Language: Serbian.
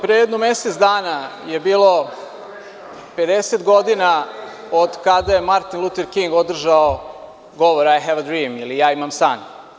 Pre jedno mesec dana je bilo 50 godina od kada je Martin Luter King održao govor: „I have a dream“, ili: „Ja imam san“